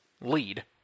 lead